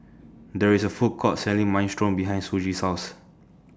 There IS A Food Court Selling Minestrone behind Shoji's House